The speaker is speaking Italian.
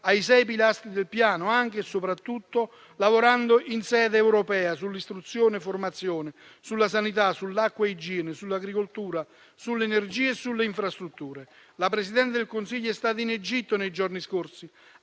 ai sei pilastri del Piano, anche e soprattutto lavorando in sede europea sull'istruzione e formazione, sulla sanità, sull'acqua ed igiene, sull'agricoltura, sull'energia e sulle infrastrutture. La Presidente del Consiglio è stata in Egitto nei giorni scorsi